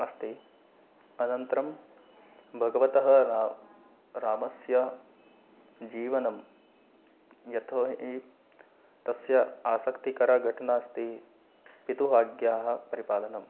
अस्ति अनन्तरं भगवतः रा रामस्य जीवनं यतो हि तस्य आसक्तिकरा घटनास्ति पितुः आज्ञायाः परिपालनम्